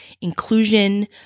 inclusion